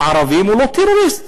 ערבים הוא לא טרוריסט.